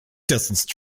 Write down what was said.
distance